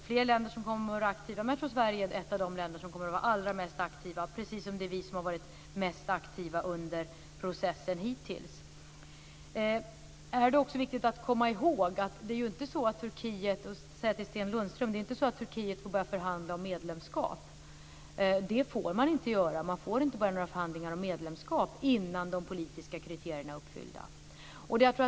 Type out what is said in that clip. Flera länder kommer att vara aktiva, men Sverige kommer att vara ett av de aktivaste länderna - precis som Sverige hittills har varit mest aktivt under processen. Det är också viktigt att komma ihåg - Sten Lundström - att det inte är så att Turkiet får börja förhandla om medlemskap. Landet får inte påbörja förhandlingar om medlemskap innan de politiska kriterierna är uppfyllda.